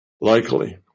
likely